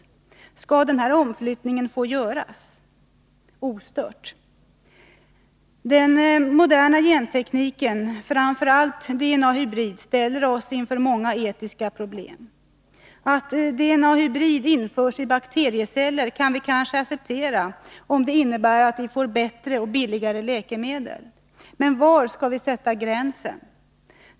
Skall denna omflyttning få göras ostört? Den moderna gentekniken, framför allt hybrid-DNA-tekniken, ställer oss inför många etiska problem. Att DNA-hybrid införs i bakterieceller kan vi kanske acceptera, om det innebär att vi får bättre och billigare läkemedel. Men var skall vi sätta gränsen?